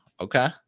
okay